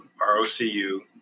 r-o-c-u